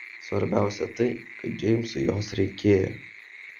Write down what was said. svarbiausia tai kad džeimsui jos reikėjo